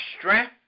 strength